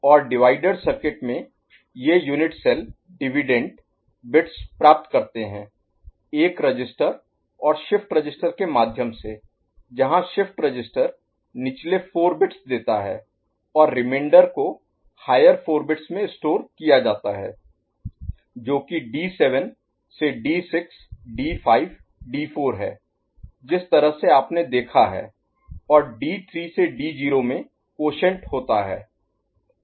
और divider circuit में ये यूनिट सेल डिविडेंड बिट्स प्राप्त करते हैं एक रजिस्टर और शिफ्ट रजिस्टर के माध्यम से जहां शिफ्ट रजिस्टर निचले 4 बिट्स देता है और रिमेंडर को हायर बिट्स में स्टोर Store संग्रहीत किया जाता है जो कि डी 7 से डी 6 डी 5 डी 4 है जिस तरह से आपने देखा है और D3 से D0 में क्वॉशैंट होता है